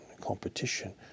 competition